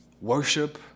worship